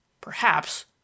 Perhaps